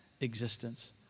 existence